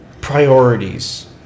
priorities